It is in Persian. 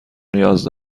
نیاز